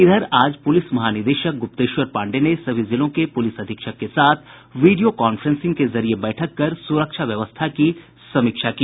इधर आज पूलिस महानिदेशक ग्रुप्तेश्वर पांडेय ने सभी जिलों के पुलिस अधीक्षक के साथ वीडियो कांफ्रेंसिंग के जरिए बैठक कर सुरक्षा व्यवस्था की समीक्षा की